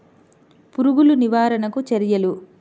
పురుగులు నివారణకు చర్యలు?